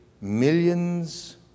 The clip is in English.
millions